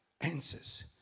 answers